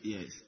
Yes